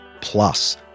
plus